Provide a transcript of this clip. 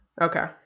Okay